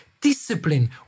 discipline